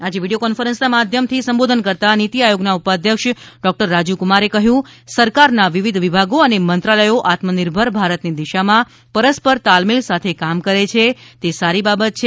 આજે વીડિયો કોન્ફરન્સના માધ્યમથી સંબોધન કરતાં નીતિ આયોગના ઉપાધ્યક્ષ ડોક્ટર રાજીવકુમારે કહ્યું કે સરકારના વિવિધ વિભાગો અને મંત્રાલયો આત્મિનિર્ભર ભારતની દિશામાં પરસ્પર તાલમેલ સાથે કામ કરે છે તે સારી બાબત છે